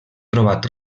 trobat